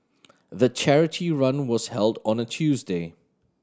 the charity run was held on a Tuesday